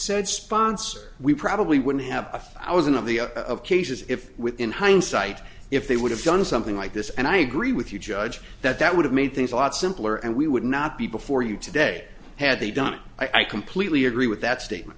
said sponsor we probably wouldn't have a thousand of the of cases if within hindsight if they would have done something like this and i agree with you judge that that would have made things a lot simpler and we would not be before you today had they done i completely agree with that statement